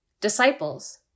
Disciples